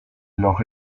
noch